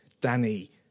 Danny